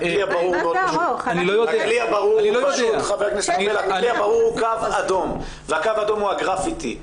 יש קו אדום והקו האדום הוא הגרפיטי.